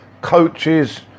coaches